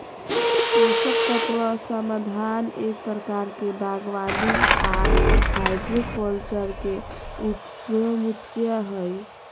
पोषक तत्व समाधान एक प्रकार के बागवानी आर हाइड्रोकल्चर के उपसमुच्या हई,